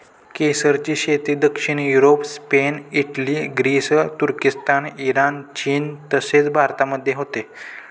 केसरची शेती दक्षिण युरोप, स्पेन, इटली, ग्रीस, तुर्किस्तान, इराण, चीन तसेच भारतामध्ये होते